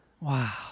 Wow